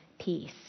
peace